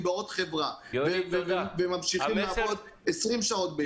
בעוד חברה וממשיכים לעבוד 20 שעות ביום.